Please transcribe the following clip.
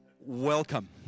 welcome